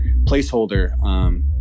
placeholder